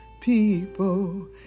people